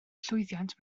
llwyddiant